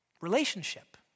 Relationship